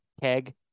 keg